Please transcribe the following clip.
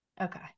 Okay